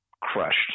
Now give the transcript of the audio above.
crushed